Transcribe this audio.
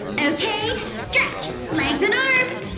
okay, stretch! legs and arms!